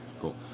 Cool